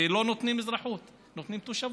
ולא נותנים אזרחות, נותנים תושבות.